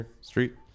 Street